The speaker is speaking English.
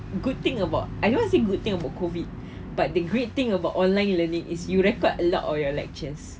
good thing about I don't want to say good thing about COVID it but the great thing about online learning is you record a lot or your lecture